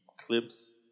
clips